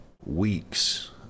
weeks